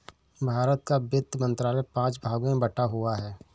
भारत का वित्त मंत्रालय पांच भागों में बटा हुआ है